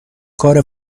کار